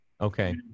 Okay